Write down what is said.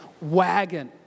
wagon